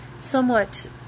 somewhat